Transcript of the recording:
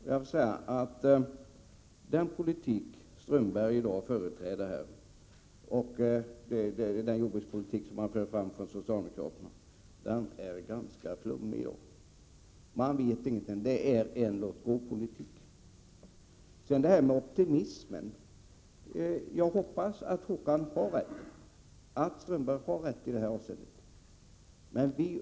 Jag måste säga att den politik som Strömberg i dag företräder och den jordbrukspolitik som socialdemokraterna för är ganska flummig — det är en låt-gå-politik. Sedan till det här med optimismen. Jag hoppas att Håkan Strömberg har rätt i det avseendet.